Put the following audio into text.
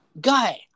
guy